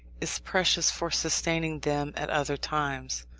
is precious for sustaining them at other times.